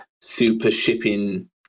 super-shipping